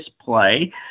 play